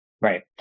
Right